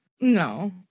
No